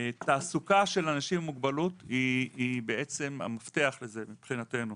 תעסוקה של אנשים עם מוגבלות היא בעצם המפתח לזה מבחינתנו.